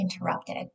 interrupted